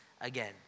again